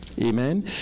Amen